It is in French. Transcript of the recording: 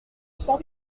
cent